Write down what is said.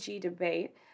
debate